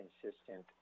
consistent